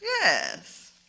Yes